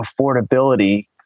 affordability